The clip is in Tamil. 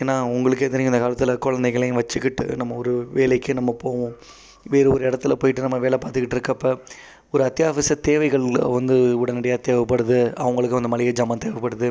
ஏன்னால் உங்களுக்கே தெரியும் இந்த காலத்தில் குழந்தைகளையும் வச்சுக்கிட்டு நம்ம ஒரு வேலைக்கு நம்ம போவோம் வேறொரு இடத்துல போய்விட்டு நம்ம வேலை பார்த்துக்கிட்டு இருக்கிறப்போ ஒரு அத்தியாவசிய தேவைகள் வந்து உடனடியாக தேவைப்படுது அவங்களுக்கு வந்து மளிகை சாமான் தேவைப்படுது